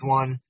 one